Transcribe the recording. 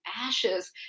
ashes